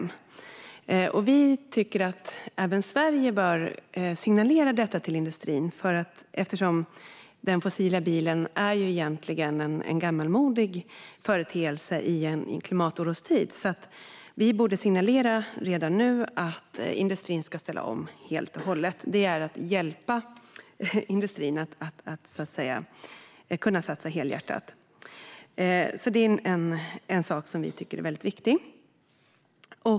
Vi tycker att även Sverige behöver signalera att industrin ska ställa om helt och hållet, eftersom den fossila bilen egentligen är en gammalmodig företeelse i en klimatorostid. Det är att hjälpa industrin att satsa helhjärtat och en sak som vi tycker är väldigt viktig.